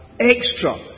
extra